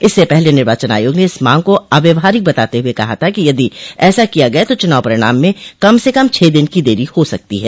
इससे पहले निर्वाचन आयोग ने इस मांग को अव्यावहारिक बताते हुए कहा था कि यदि ऐसा किया गया तो चुनाव परिणाम में कम से कम छह दिन की देरी हो सकती है